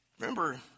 Remember